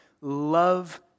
love